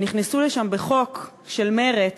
שנכנסו לשם בחוק של מרצ,